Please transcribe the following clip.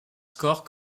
scores